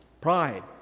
Pride